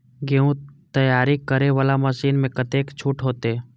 गेहूं तैयारी करे वाला मशीन में कतेक छूट होते?